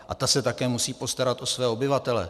A ta se také musí postarat o své obyvatele.